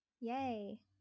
Yay